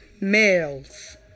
males